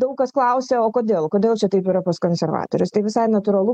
daug kas klausė o kodėl kodėl čia taip yra pas konservatorius tai visai natūralu